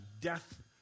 death